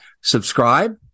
subscribe